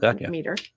meter